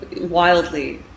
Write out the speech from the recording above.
wildly